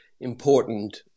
important